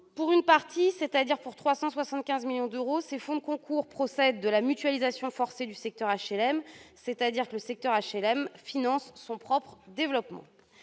Pour une partie, c'est-à-dire pour 375 millions d'euros, ces fonds de concours procèdent de la mutualisation forcée du secteur HLM, c'est-à-dire que le secteur HLM finance son propre développement